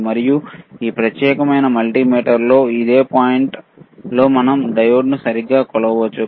మరియు ఈ ప్రత్యేకమైన మల్టీమీటర్లో అదే పాయింట్లో మనం డయోడ్ను సరిగ్గా కొలవవచ్చు